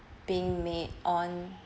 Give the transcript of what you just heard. being made on